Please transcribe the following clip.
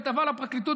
היא טובה לפרקליטות,